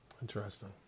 interesting